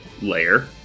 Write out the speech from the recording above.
layer